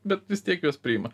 bet vis tiek juos priima